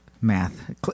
Math